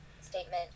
statement